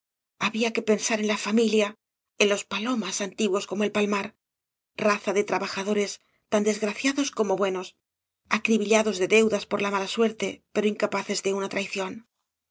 había que pensar en la familia en los palomas antiguos como el palmar raza de trabajadores tan desgraciados como buenos acribillados de deudas por la mala suerte pero incapaces de una traición